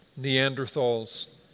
Neanderthals